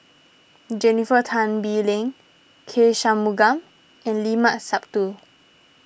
Jennifer Tan Bee Leng K Shanmugam and Limat Sabtu